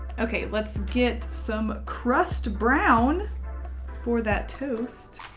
okay. let's get some crust brown for that toast.